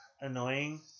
annoying